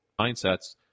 mindsets